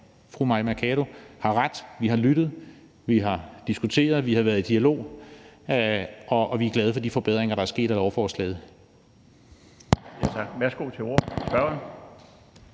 fru Mai Mercado har ret i, at vi har lyttet. Vi har diskuteret, vi har været i dialog, og vi er glade for de forbedringer, der er sket af lovforslaget.